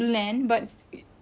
ya